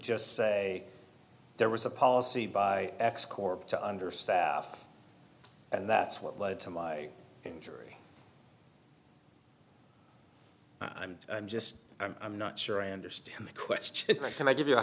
just say there was a policy by x corp to understaffed and that's what led to my injury i'm just i'm not sure i understand the question can i give you a